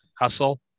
Hustle